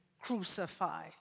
crucify